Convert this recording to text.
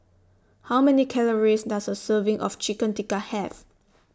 How Many Calories Does A Serving of Chicken Tikka Have